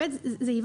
הייתה